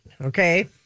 Okay